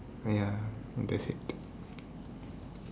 ya that's it